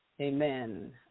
Amen